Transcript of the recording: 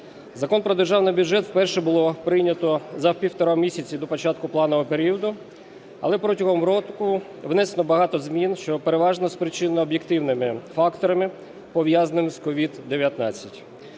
Закон про Державний бюджет вперше було прийнято за півтора місяці до початку планового періоду, але протягом року внесено багато змін, що переважно спричинено об'єктивними факторами, пов'язаними з COVID-19.